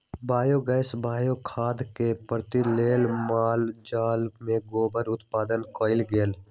biogas, bio खाद के पूर्ति लेल माल जाल से गोबर उत्पादन कएल गेल